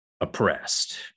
oppressed